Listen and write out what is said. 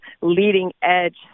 leading-edge